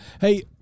Hey